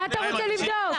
מה אתה רוצה לבדוק?